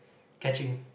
catching